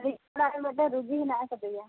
ᱟᱹᱞᱤᱧ ᱚᱲᱟᱜ ᱨᱮ ᱢᱤᱫᱴᱮᱱ ᱨᱩᱜᱤ ᱦᱮᱱᱟᱜ ᱟᱠᱟᱫᱮᱭᱟ